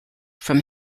from